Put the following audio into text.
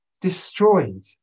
destroyed